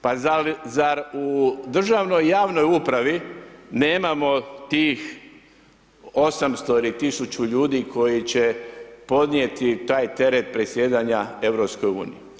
Pa zar u državnoj javnoj upravi nemamo tih 800 ili 1000 ljudi koji će podnijeti taj teret predsjedanja EU.